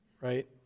right